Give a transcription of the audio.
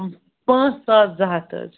پانٛژھ ساس زٕ ہَتھ حظ